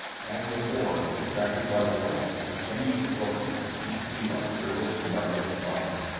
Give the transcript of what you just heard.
as before, attracted by the light, a strange assortment of deep-sea life wriggled and darted about us,